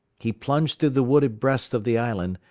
he plunged through the wooded breast of the island,